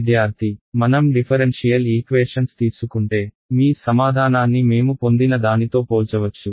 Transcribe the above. విద్యార్థి మనం differential equations తీసుకుంటే మీ సమాధానాన్ని మేము పొందిన దానితో పోల్చవచ్చు